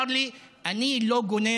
ועל שוויון מלא עבור כל אחד ואחד מאזרחי מדינת